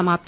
समाप्त